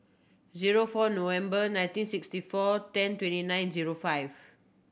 zero four November nineteen sixty four ten twenty nine zero five